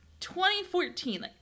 2014